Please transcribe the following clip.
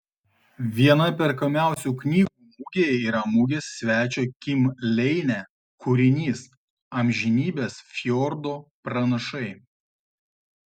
viena perkamiausių knygų mugėje yra mugės svečio kim leine kūrinys amžinybės fjordo pranašai